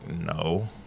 no